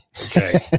Okay